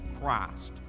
Christ